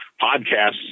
podcasts